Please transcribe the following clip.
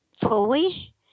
fully